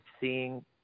seeing